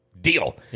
deal